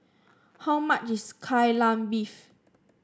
how much is Kai Lan Beef